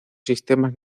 sistemas